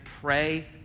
pray